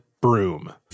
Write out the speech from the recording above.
broom